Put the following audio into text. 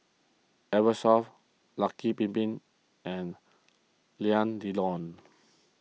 Eversoft Lucky Bin Bin and Alain Delon